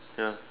ya